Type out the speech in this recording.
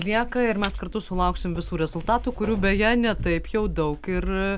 lieka ir mes kartu sulauksim visų rezultatų kurių beje ne taip jau daug ir